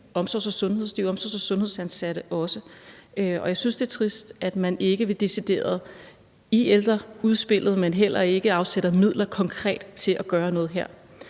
bliver de omsorgs- og sundhedsansatte også. Jeg synes, det er trist, at man ikke decideret i ældreudspillet, men heller ikke konkret afsætter midler til at gøre noget her.